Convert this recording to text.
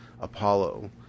Apollo